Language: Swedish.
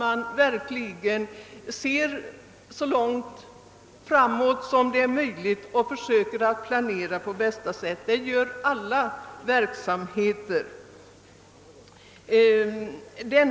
Man måste se så långt framåt som möjligt och planera på bästa sätt. Det sker inom alla verksamhetsområden.